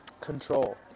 control